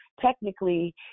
technically